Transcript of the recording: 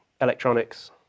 electronics